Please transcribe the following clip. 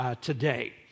today